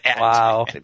Wow